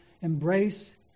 embrace